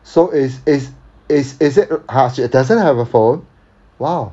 so is is is is it !huh! she doesn't have a phone !wow!